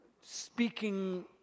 speaking